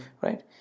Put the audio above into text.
Right